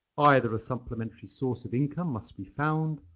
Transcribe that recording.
either a supplementary source of income must be found,